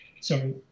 Sorry